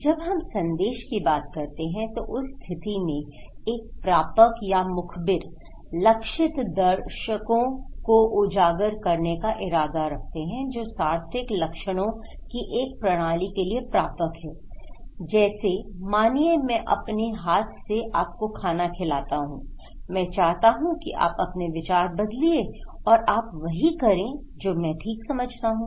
जब हम संदेश की बात करते हैं तो उस स्थिति में एक प्रापक या मुखबिर लक्षित दर्शकों को उजागर करने का इरादा रखते है जो सार्थक लक्षणों की एक प्रणाली के लिए प्रापक हैं जैसे मानिए मैं अपने हाथ से आपको खाना खिलाता हूं मैं चाहता हूं कि आप अपने विचार बदलिए और आप वही करें जो मैं ठीक समझता हूं